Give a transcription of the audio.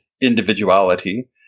individuality